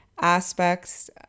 aspects